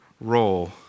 roll